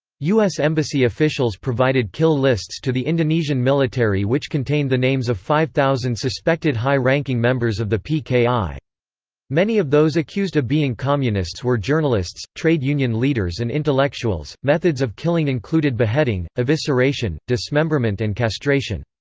u s. embassy officials provided kill lists to the indonesian military which contained the names of five thousand suspected high-ranking members of the pki. many of those accused of being communists were journalists, trade union leaders and intellectuals methods of killing included beheading, evisceration, dismemberment and castration.